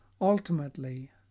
Ultimately